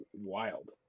wild